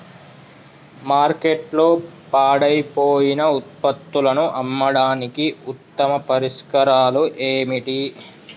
మార్కెట్లో పాడైపోయిన ఉత్పత్తులను అమ్మడానికి ఉత్తమ పరిష్కారాలు ఏమిటి?